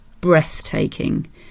breathtaking